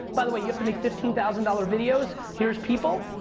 by the way, you have to make fifteen thousand dollar videos, here's people,